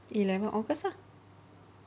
eleven august ah